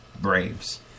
Braves